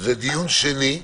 זה דיון שני.